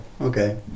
okay